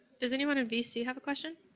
does anyone of these do you have a question?